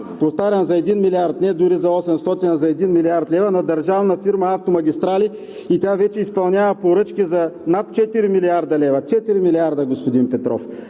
повтарям, за 1 милиард, не дори за 800, а за 1 млрд. лв. на Държавна фирма „Автомагистрали“ и тя вече изпълнява поръчки за над 4 млрд. лв. Четири милиарда, господин Петров,